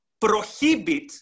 prohibit